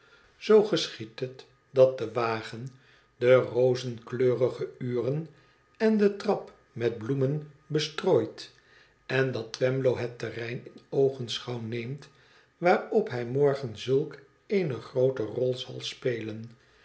zoo geschiedt het dat de wagen de rozenkleurige uren en de trap met bloemen bestrooit en dat twemlow het terrein in oogenschouw neemt waarop hij morgen zulk eene groote rol zal spelen